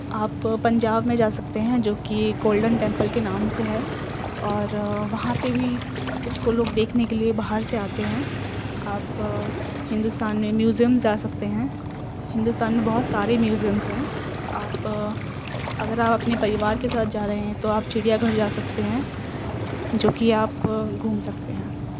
آپ پنجاب میں جا سکتے ہیں جو کہ گولڈن ٹیمپل کے نام سے ہے اور وہاں پہ بھی اس کو لوگ دیکھنے کے لیے باہر سے آتے ہیں آپ ہندوستان میں میوزیمس جا سکتے ہیں ہندوستان میں بہت سارے میوزیمس ہیں آپ اگر آپ اپنی پریوار کے ساتھ جا رہے ہیں تو آپ چڑیا گھر جا سکتے ہیں جو کہ آپ گھوم سکتے ہیں